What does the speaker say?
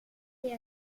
det